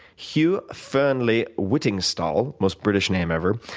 hugh fearnley whittingstall, most british name ever.